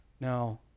Now